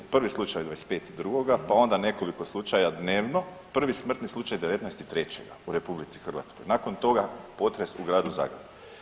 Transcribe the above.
Prvi slučaj, 25.2., pa onda nekoliko slučaja dnevno, prvi smrtni slučaj 19.3. u RH, nakon toga potres u Gradu Zagrebu.